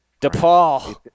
DePaul